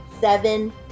Seven